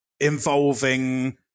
involving